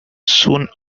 soon